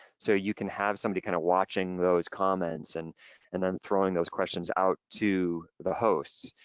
so you can have somebody kind of watching those comments and and then throwing those questions out to the host.